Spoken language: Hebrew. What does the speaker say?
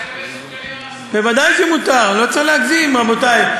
אז מותר לקבל סופגנייה או אסור?